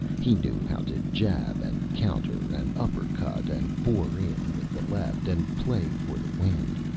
he knew how to jab and counter and upper-cut and bore in with the left and play for the wind.